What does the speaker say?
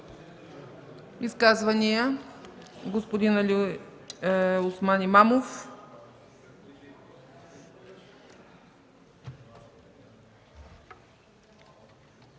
Изказвания? Господин Алиосман Имамов.